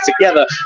together